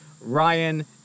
Ryan